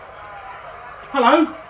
hello